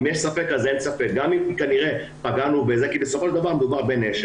אם יש ספק אז אין ספק גם אם פגענו בו כי בסופו של דבר מדובר בנשק,